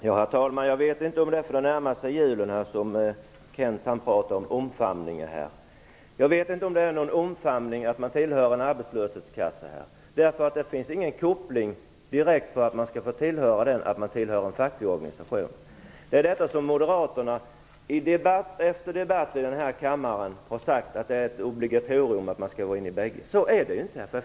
Herr talman! Jag vet inte om det är därför att vi närmar oss julen som Kent Olsson här talar om omfamningar. Jag vet inte om tillhörighet till en arbetslöshetskassa innebär någon omfamning. Det finns ingen direkt koppling mellan att tillhöra en sådan och att tillhöra en facklig organisation. Moderaterna har i debatt efter debatt i denna kammare sagt att det är ett obligatorium att vara med i bådadera, men så är det inte.